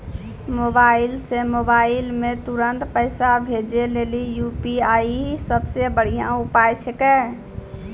mobile से mobile मे तुरन्त पैसा भेजे लेली यू.पी.आई सबसे बढ़िया उपाय छिकै